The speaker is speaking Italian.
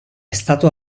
stato